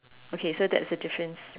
okay so that's the difference